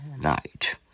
night